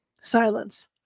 Silence